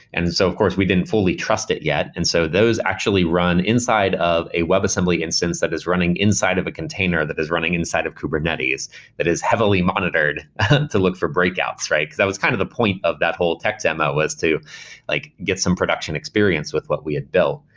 and so of course, we didn't fully trust it yet. and so those actually run inside of a web assembly instance that is running inside of a container that is running inside of kubernetes that is heavily monitored to look for breakouts. that was kind of the point of that whole tech demo was to like get some production experience with what we had built,